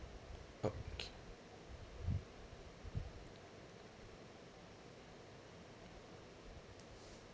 okay